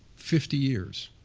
fifty years.